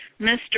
Mr